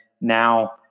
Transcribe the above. now